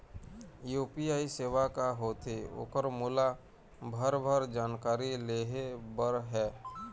UPI सेवा का होथे ओकर मोला भरभर जानकारी लेहे बर हे?